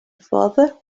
father